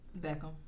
Beckham